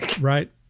right